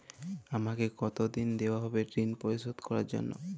আমাকে কতদিন দেওয়া হবে ৠণ পরিশোধ করার জন্য?